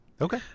Okay